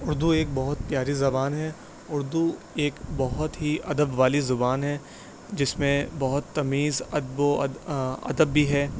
اردو ایک بہت پیاری زبان ہے اردو ایک بہت ہی ادب والی زبان ہے جس میں بہت تمیز ادب و ادب بھی ہے